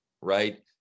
right